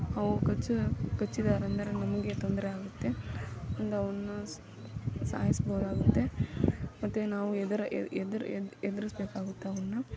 ಅವು ಕಚ್ಚ ಕಚ್ಚಿದ್ದಾರೆಂದರೆ ನಮಗೆ ತೊಂದರೆ ಆಗುತ್ತೆ ಒಂದು ಅವನ್ನು ಸಾಯಿಸ್ಬೋದಾಗುತ್ತೆ ಮತ್ತು ನಾವು ಎದುರು ಎದ್ರು ಎದು ಎದ್ರಿಸ್ಬೇಕಾಗುತ್ತೆ ಅವನ್ನು